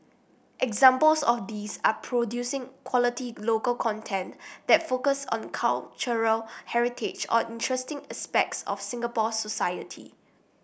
examples of these are producing quality local content that focus on cultural heritage or interesting aspects of Singapore society